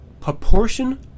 proportion